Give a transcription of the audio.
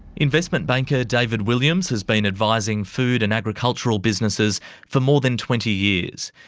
investment banker david williams has been advising food and agricultural businesses for more than twenty years.